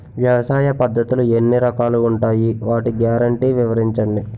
వ్యవసాయ పద్ధతులు ఎన్ని రకాలు ఉంటాయి? వాటి గ్యారంటీ వివరించండి?